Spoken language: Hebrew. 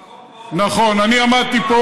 אני עמדתי פה,